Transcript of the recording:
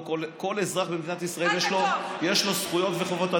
כל אזרח במדינת ישראל יש לו זכויות וחובות.